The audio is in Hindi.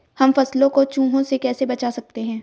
हम फसलों को चूहों से कैसे बचा सकते हैं?